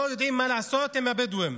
לא יודעים מה לעשות עם הבדואים,